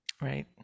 Right